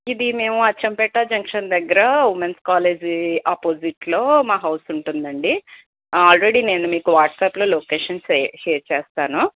ఇది మేము అచ్చంపేట జంక్షన్ దగ్గర ఉమెన్స్ కాలేజీ ఆపోజిట్లో మా హౌస్ ఉంటుందండి ఆల్రెడీ నేను మీకు వాట్సాప్లో లొకేషన్ షేర్ చేస్తాను